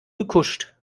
gekuscht